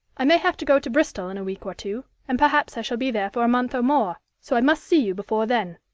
i may have to go to bristol in a week or two, and perhaps i shall be there for a month or more, so i must see you before then.